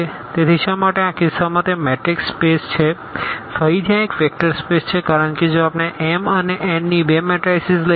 તેથી શા માટે આ કિસ્સામાં તે મેટ્રિક્સ સ્પેસ છે ફરીથી આ એક વેક્ટર સ્પેસ છે કારણ કે જો આપણે m અને n ની બે મેટરાઈસીસ લઈએ તો